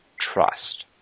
trust